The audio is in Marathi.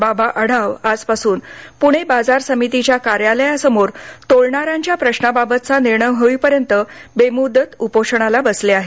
बाबा आढाव आजपासून पुणे बाजार समितीच्या कार्यालयासमोर तोलणारांच्या प्रश्नाबाबतचा निर्णय होईपर्यंत बेमुदत उपोषणाला बसले आहेत